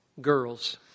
girls